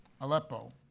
Aleppo